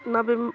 नोभेम